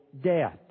death